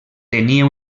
tenia